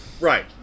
Right